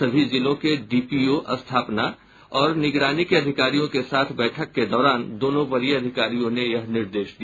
सभी जिलों के डीपीओ स्थापना और निगरानी के अधिकारियों के साथ बैठक के दौरान दोनों वरीय अधिकारियों ने यह निर्देश दिया